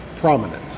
prominent